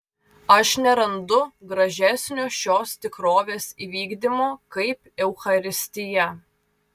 aš nerandu gražesnio šios tikrovės įvykdymo kaip eucharistija